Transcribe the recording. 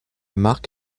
marque